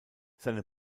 seine